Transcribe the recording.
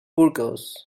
burgos